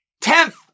Tenth